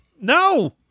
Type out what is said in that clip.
No